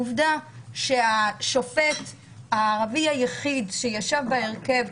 עובדה שהשופט הערבי היחיד שישב בהרכב,